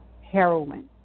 heroin